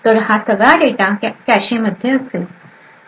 तर हा सगळा डेटा कॅशे मध्ये असेल